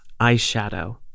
eyeshadow